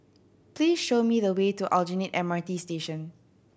please show me the way to Aljunied M R T Station